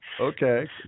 Okay